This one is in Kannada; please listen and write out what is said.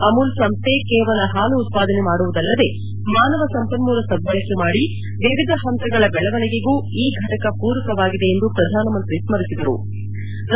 ಅಮೂಲ್ ಸಂಸ್ಥೆ ಕೇವಲ ಪಾಲು ಉತ್ಪಾದನೆ ಮಾಡುವುದಲ್ಲದೇ ಮಾನವ ಸಂಪನ್ಮೂಲ ಸದ್ಧಳಕೆ ಮಾಡಿ ವಿವಿಧ ಪಂತದ ಬೆಳವಣಿಗೆಗೂ ಈ ಫಟಕ ಪೂರಕವಾಗಿದೆ ಎಂದು ಪ್ರಧಾನಮಂತ್ರಿ ಅವರು ಸ್ಕರಿಸಿಕೊಂಡರು